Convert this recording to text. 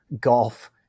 golf